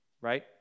right